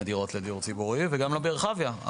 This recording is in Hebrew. דירות לדיור ציבורי וגם לא ברחביה.